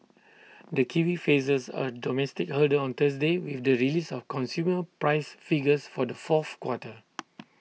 the kiwi faces A domestic hurdle on Thursday with the release of consumer price figures for the fourth quarter